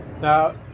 Now